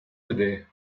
today